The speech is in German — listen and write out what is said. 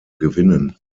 gewinnen